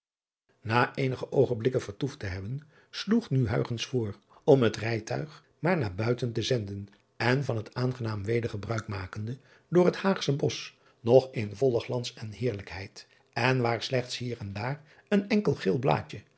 a eenige oogenblikken vertoefd te hebben sloeg nu voor om het rijtuig maar naar uiten te zenden en van het aangenaam weder gebruik makende door het aagsche osch nog in vollen glans en heerlijkheid en waar slechts hier en daar een enkel geel blaadje